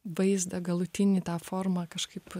vaizdą galutinį tą formą kažkaip